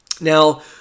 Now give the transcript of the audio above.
now